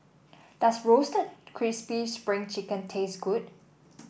does Roasted Crispy Spring Chicken taste good